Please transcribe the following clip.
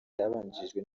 cyabanjirijwe